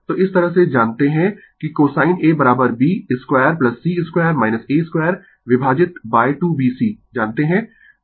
तो इस से जानते है कि cosine Ab square c square a square विभाजित बाय 2bc जानते है